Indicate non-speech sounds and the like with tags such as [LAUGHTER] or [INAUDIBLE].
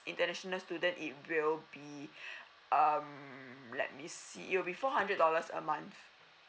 international student it will be [BREATH] um let me see it will be four hundred dollars a month